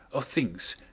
of things,